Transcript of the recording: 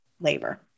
labor